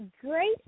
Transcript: great